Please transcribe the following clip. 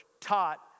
taught